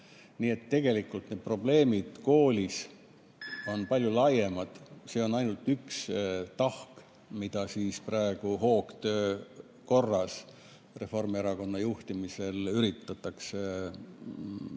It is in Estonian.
Nii et tegelikult need probleemid koolis on palju laiemad. See on ainult üks tahk, mida praegu hoogtöö korras Reformierakonna juhtimisel üritatakse ellu